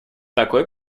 такой